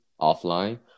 offline